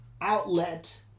outlet